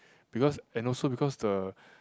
because and also because the